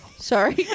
Sorry